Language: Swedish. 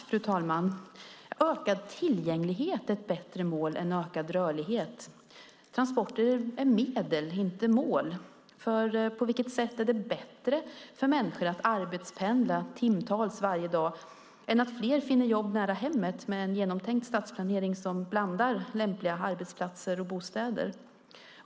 Fru talman! Ökad tillgänglighet är ett bättre mål än ökad rörlighet. Transporter är medel - inte mål - för på vilket sätt är det bättre för människor att arbetspendla timtals varje dag än att fler finner jobb nära hemmet, med en genomtänkt stadsplanering som blandar lämpliga arbetsplatser och bostäder?